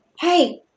hey